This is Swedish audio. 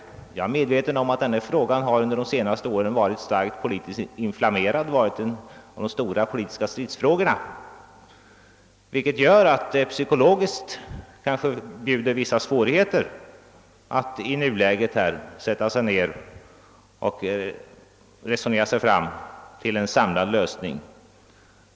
Jag är medveten om att denna fråga under de senaste åren varit starkt politiskt inflammerad. Den har varit en av de stora politiska stridsfrågorna, vilket gör att det psykologiskt sett kanske bjuder vissa svårigheter att i nuläget sätta sig ned och resonera sig fram till en samlad lösning.